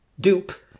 dupe